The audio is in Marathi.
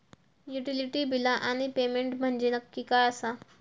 युटिलिटी बिला आणि पेमेंट म्हंजे नक्की काय आसा?